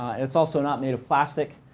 it's also not made of plastic.